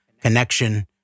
connection